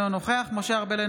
אינו נוכח משה ארבל,